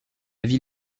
ville